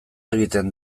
egiten